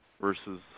versus